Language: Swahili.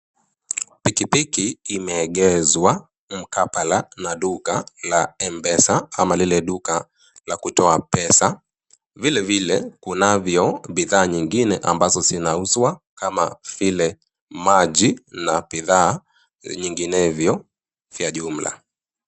Pikipiki imeegezwa mkabala na duka la Mpesa, ama lile duka la kutoa pesa. Vilevile, kunavyo bidhaa nyingine ambazo zinauzwa kama vile maji, na bidhaa nyinginevyo vya jumla.